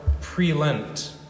pre-Lent